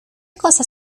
cosas